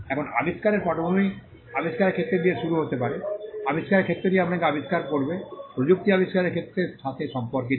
এখন আবিষ্কারের পটভূমি আবিষ্কারের ক্ষেত্র দিয়ে শুরু হতে পারে আবিষ্কারের ক্ষেত্রটি আপনাকে আবিষ্কার করবে প্রযুক্তি আবিষ্কারের ক্ষেত্রের সাথে সম্পর্কিত